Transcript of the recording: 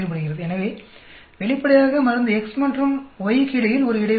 எனவே வெளிப்படையாக மருந்து X மற்றும் Y க்கு இடையில் ஒரு இடைவினை உள்ளது